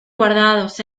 guardados